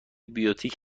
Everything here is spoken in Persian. بیوتیک